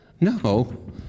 No